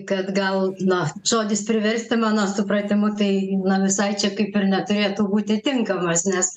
kad gal na žodis priversti mano supratimu tai na visai čia kaip ir neturėtų būti tinkamas nes